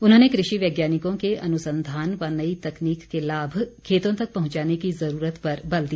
उर्न्होने कृषि वैज्ञानिकों के अनुसंधान व नई तकनीक के लाभ खेतों तक पहुंचाने की ज़रूरत पर बल दिया